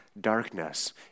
darkness